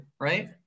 right